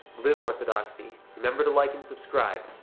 live orthodoxy. remember to like and subscribe,